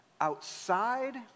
outside